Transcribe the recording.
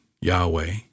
Yahweh